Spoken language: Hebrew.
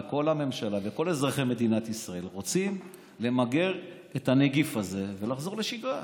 כל הממשלה וכל אזרחי מדינת ישראל רוצים למגר את הנגיף הזה ולחזור לשגרה.